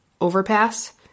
overpass